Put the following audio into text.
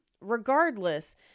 Regardless